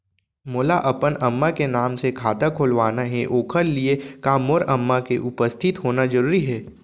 मोला अपन अम्मा के नाम से खाता खोलवाना हे ओखर लिए का मोर अम्मा के उपस्थित होना जरूरी हे?